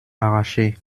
arrachés